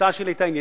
ההצעה שלי עניינית,